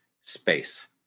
space